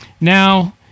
Now